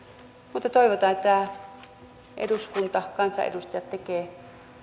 mutta toivotaan että eduskunta kansanedustajat tekevät